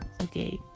okay